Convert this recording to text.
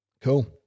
Cool